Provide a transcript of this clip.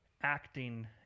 acting